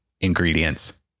ingredients